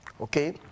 okay